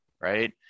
Right